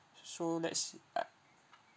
s~ so let's uh